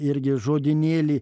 irgi žodynėlį